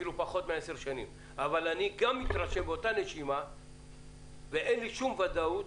אפילו פחות מ-10 שנים אבל באותה נשימה אני מתרשם ואין לי שום ודאות